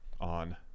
on